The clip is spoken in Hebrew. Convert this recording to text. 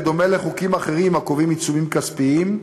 בדומה לחוקים אחרים הקובעים עיצומים כספיים,